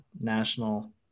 national